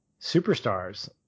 superstars